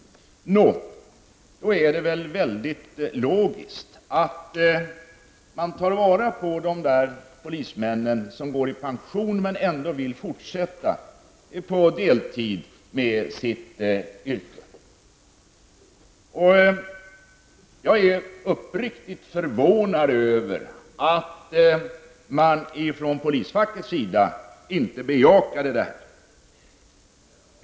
Nå, då är det väl väldigt logiskt att ta vara på de polismän som går i pension men ändå vill fortsätta på deltid med sitt yrke. Jag är uppriktigt förvånad över att man från polisfackets sida inte bejakar detta.